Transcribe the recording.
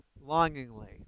longingly